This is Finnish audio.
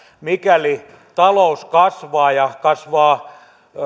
mikäli talous kasvaa ja kasvaa